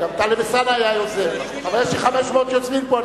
גם טלב אלסאנע היה יוזם, אבל יש לי 500 יוזמים פה.